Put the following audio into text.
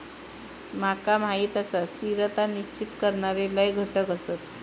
माका माहीत आसा, स्थिरता निश्चित करणारे लय घटक आसत